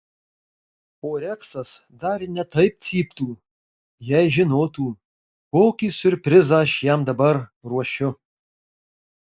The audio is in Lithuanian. o reksas dar ir ne taip cyptų jei žinotų kokį siurprizą aš jam dabar ruošiu